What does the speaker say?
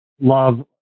love